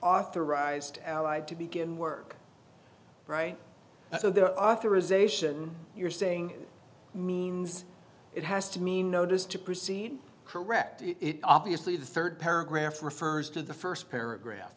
authorized allied to begin work right so the authorization you're saying means it has to mean notice to proceed correct it obviously the third paragraph refers to the first paragraph